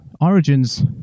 origins